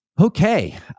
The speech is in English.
Okay